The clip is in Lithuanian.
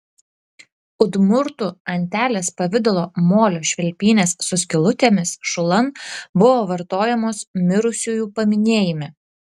udmurtų antelės pavidalo molio švilpynės su skylutėmis šulan buvo vartojamos mirusiųjų paminėjime